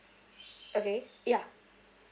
okay ya